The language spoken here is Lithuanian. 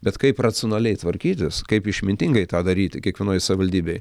bet kaip racionaliai tvarkytis kaip išmintingai tą daryti kiekvienoj savivaldybėj